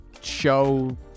show